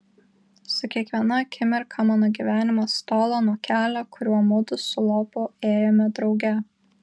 su kiekviena akimirka mano gyvenimas tolo nuo kelio kuriuo mudu su lopu ėjome drauge